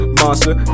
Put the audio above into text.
monster